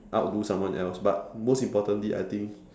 outdo someone else but most importantly I think